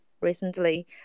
recently